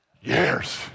years